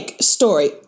story